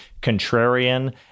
contrarian